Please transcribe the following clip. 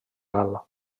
gal